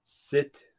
Sit